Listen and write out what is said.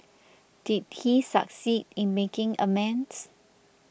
did he succeed in making amends